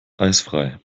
eisfrei